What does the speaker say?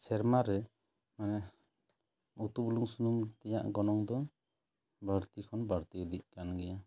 ᱥᱮᱨᱢᱟ ᱨᱮ ᱩᱛᱩ ᱵᱩᱞᱩᱝ ᱥᱩᱱᱩᱢ ᱛᱮᱭᱟᱜ ᱜᱚᱱᱚᱝ ᱫᱚ ᱵᱟᱹᱲᱛᱤ ᱠᱷᱚᱱ ᱵᱟᱹᱲᱛᱤ ᱤᱫᱤᱜ ᱠᱟᱱ ᱜᱮᱭᱟ